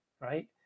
right